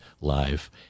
live